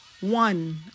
One